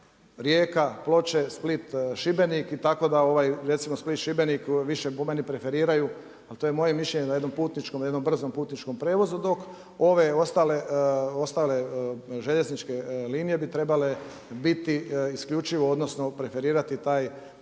rijeka, Ploče, Split, Šibenik. I tako da recimo Split, Šibenik više po meni preferiraju ali to je moje mišljenje na jednom putničkom, na jednom brzom prijevozu dok ove ostale željezničke linije bi trebale biti isključivo, odnosno preferirati taj teretni